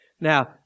Now